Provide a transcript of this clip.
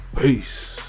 Peace